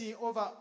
over